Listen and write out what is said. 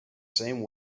same